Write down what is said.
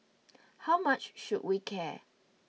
how much should we care